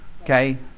Okay